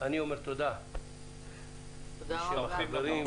אני אומר תודה בשם עם ישראל,